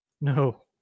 No